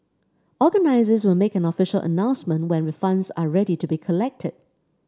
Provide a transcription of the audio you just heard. organisers will make an official announcement when refunds are ready to be collected